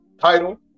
title